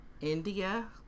India